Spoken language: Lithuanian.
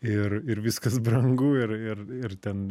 ir ir viskas brangu ir ir ir ten